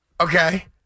Okay